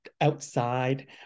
outside